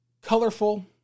colorful